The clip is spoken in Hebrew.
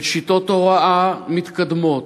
של שיטות הוראה מתקדמות,